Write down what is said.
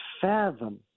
fathom